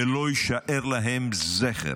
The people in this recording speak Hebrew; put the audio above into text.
ולא יישאר להם זכר.